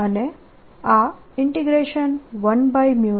અને આ 10